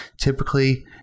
typically